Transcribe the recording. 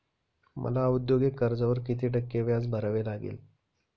मला औद्योगिक कर्जावर किती टक्के व्याज भरावे लागेल?